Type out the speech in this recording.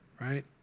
right